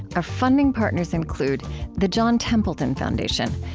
our funding partners include the john templeton foundation,